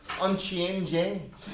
unchanging